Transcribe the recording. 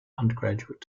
undergraduate